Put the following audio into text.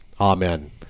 Amen